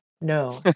no